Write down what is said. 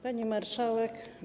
Pani Marszałek!